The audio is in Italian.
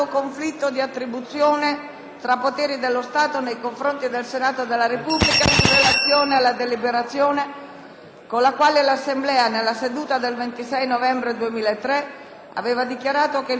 con la quale l'Assemblea, nella seduta del 26 novembre 2003, aveva dichiarato che il fatto oggetto del procedimento civile n. 659/01 R.G. pendente nei confronti di Augusto Cortelloni,